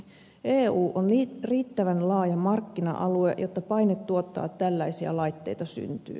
eu on riittävän laaja markkina alue jotta paine tuottaa tällaisia laitteita syntyy